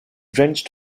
wrenched